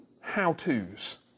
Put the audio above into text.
how-to's